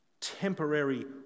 temporary